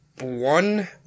one